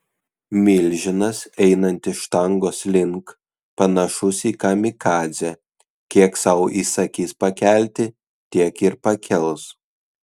milžinas einantis štangos link panašus į kamikadzę kiek sau įsakys pakelti tiek ir pakels